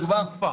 זו חלופה.